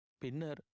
Pinner